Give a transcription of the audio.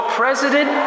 president